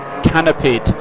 canopied